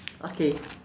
okay